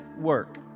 work